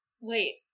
Wait